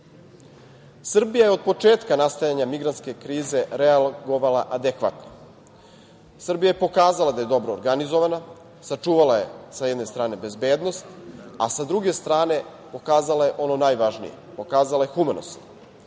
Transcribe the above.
Evrope. Srbija je od početka nastajanja migrantske krize reagovala adekvatno. Srbija je pokazala da je dobro organizovana, sačuvala je, sa jedne strane, bezbednost, a sa druge strane pokazala je ono najvažnije, pokazala je humanost.